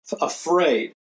afraid